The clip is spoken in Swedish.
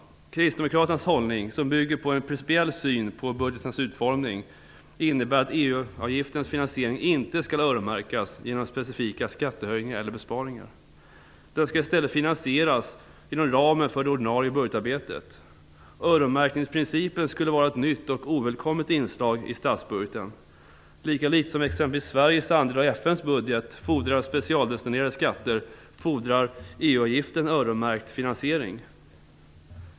Kristdemokraternas hållning, som bygger på en principiell syn på budgetens utformning, innebär att EU-avgiftens finansiering inte skall öronmärkas genom specifika skattehöjningar eller besparingar. Den skall i stället finansieras inom ramen för det ordinarie budgetarbetet. Öronmärkningsprincipen skulle vara ett nytt och ovälkommet inslag i statsbudgeten. Lika litet som exempelvis Sveriges andel av FN:s budget fordrar specialdestinerade skatter, fordrar EU-avgiften öronmärkt finansiering.